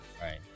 Right